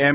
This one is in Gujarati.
એમ